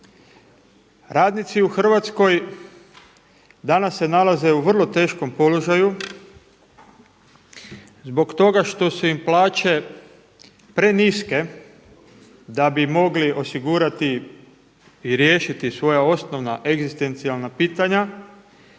Radnici u Hrvatskoj danas se nalaze u vrlo teškom položaju zbog toga što su im plaće preniske da bi mogli osigurati i riješiti svoja osnovna, egzistencijalna pitanja.